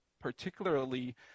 particularly